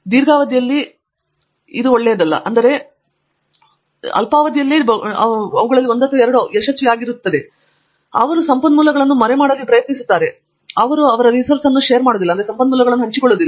ದೀರ್ಘಾವಧಿಯಲ್ಲಿ ನಾನು ಯೋಚಿಸುವುದಿಲ್ಲ ಇದು ಒಂದು ದೊಡ್ಡ ಕಲ್ಪನೆ ಅಲ್ಲ ಬಹುಶಃ ನೀವು ಅಲ್ಪಾವಧಿಯಲ್ಲಿಯೇ ಅವುಗಳಲ್ಲಿ 1 ಅಥವಾ 2 ಅವು ಯಶಸ್ವಿಯಾಗಿವೆ ಅವರು ಸಂಪನ್ಮೂಲಗಳನ್ನು ಮರೆಮಾಡಲು ಪ್ರಯತ್ನಿಸುತ್ತಾರೆ ಅವುಗಳು ಸಂಪನ್ಮೂಲಗಳನ್ನು ಹಂಚಿಕೊಳ್ಳುವುದಿಲ್ಲ